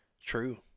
True